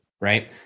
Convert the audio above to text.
right